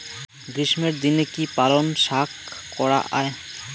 গ্রীষ্মের দিনে কি পালন শাখ করা য়ায়?